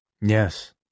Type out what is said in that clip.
yes